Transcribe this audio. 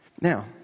Now